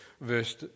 verse